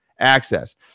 access